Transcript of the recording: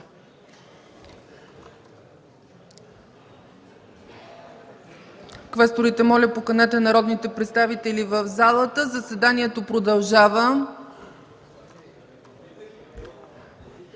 Квесторите, моля поканете народните представители в залата. Заседанието продължава.